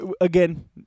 Again